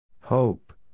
Hope